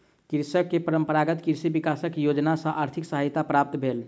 कृषक के परंपरागत कृषि विकास योजना सॅ आर्थिक सहायता प्राप्त भेल